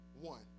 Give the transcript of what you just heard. one